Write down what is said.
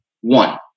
One